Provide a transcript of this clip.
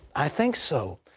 i think so.